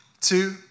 two